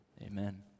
Amen